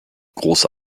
große